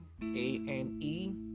A-N-E